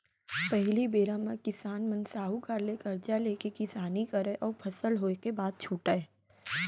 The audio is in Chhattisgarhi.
पहिली बेरा म किसान मन साहूकार ले करजा लेके किसानी करय अउ फसल होय के बाद छुटयँ